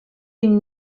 une